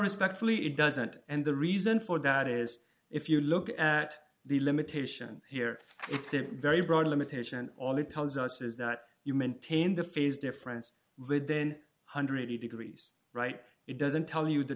respectfully it doesn't and the reason for that is if you look at the limitation here it's a very broad limitation and all it tells us is that you maintain the phase difference would then one hundred and eighty dollars degrees right it doesn't tell you the